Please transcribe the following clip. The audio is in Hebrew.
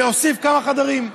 להוסיף כמה חדרים.